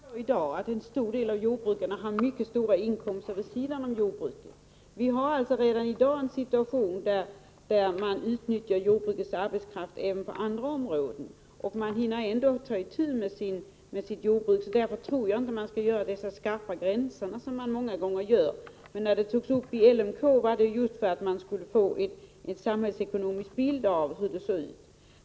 Herr talman! Redan i dag har ett stort antal jordbrukare mycket stora inkomster vid sidan av jordbruket. Redan i dag är situationen den att arbetskraften inom jordbruket utnyttjas även på andra områden. Ändå hinner man ta itu med sitt jordbruk. Därför tror jag inte att man skall dra så skarpa gränser som man många gånger gör. Den här frågan togs upp i LMK just därför att man skulle få en samhällsekonomisk bild av situationen.